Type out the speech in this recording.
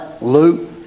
Luke